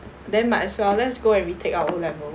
then might as well let's go and retake our O level